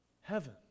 heaven